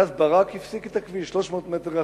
נכנס ברק, הפסיק את הכביש, 300 מטר אחרונים.